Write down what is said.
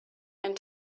and